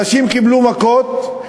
אנשים קיבלו מכות,